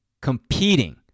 competing –